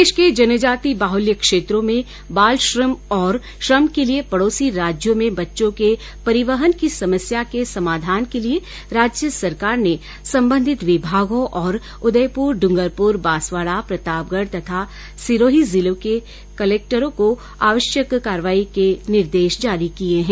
प्रदेश के जनजाति बाहल्य क्षेत्रों में बालश्रम और श्रम के लिए पड़ौसी राज्यों में बच्चों के परिवहन की समस्या के समाधान के लिए राज्य सरकार ने संबंधित विभागों और उदयपुर ड्रंगरपुर बांसवाड़ा प्रतापगढ़ तथा सिरोही जिलों के कलक्टरों को आवश्यक कार्रवाई के लिए निर्देश जारी किए हैं